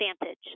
advantage